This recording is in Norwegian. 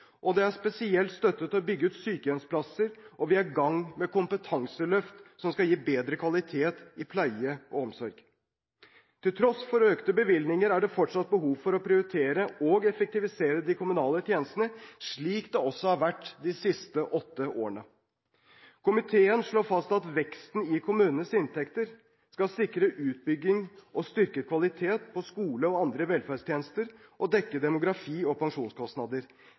og om mer støtte til å bygge sykehjemsplasser. Vi er i gang med kompetanseløft som skal gi bedre kvalitet i pleie- og omsorgstjenesten. Til tross for økte bevilgninger er det fortsatt behov for å prioritere og å effektivisere de kommunale tjenestene, slik det også har vært de siste åtte årene. Komiteen slår fast at veksten i kommunenes inntekter skal sikre utbygging, styrke kvalitet på skole og andre velferdstjenester og dekke demografi og pensjonskostnader.